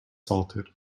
salted